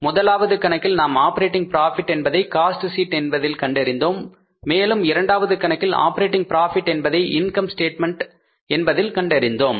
முதலாவது கணக்கில் நாம் ஆப்ரேட்டிங் ப்ராபிட் என்பதை காஸ்ட் ஷீட் என்பதில் கண்டறிந்தோம் மேலும் இரண்டாவது கணக்கில் ஆப்ரேட்டிங் ப்ராபிட் என்பதை இன்கம் ஸ்டேட்மெண்ட் என்பதில் கண்டறிந்தோம்